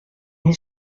his